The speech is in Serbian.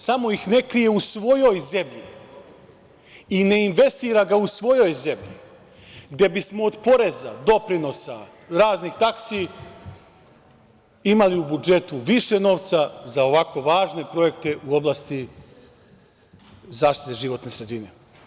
Samo ih ne krije u svojoj zemlji i ne investira ga u svojoj zemlji, gde bismo od poreza, doprinosa, raznih taksi, imali u budžetu više novca za ovako važne projekte u oblasti zaštite životne sredine.